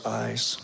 eyes